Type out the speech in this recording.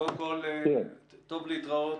קודם כול, טוב להתראות.